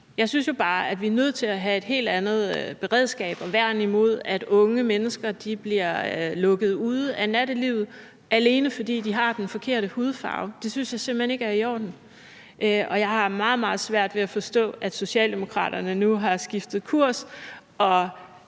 Jeg synes jo bare, at vi er nødt til at have et helt andet beredskab og værn imod, at unge mennesker bliver lukket ude af nattelivet, alene fordi de har den forkerte hudfarve. Det synes jeg simpelt hen ikke er i orden. Og jeg har meget, meget svært ved at forstå, at Socialdemokraterne nu har skiftet kurs